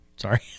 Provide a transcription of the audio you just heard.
Sorry